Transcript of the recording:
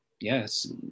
yes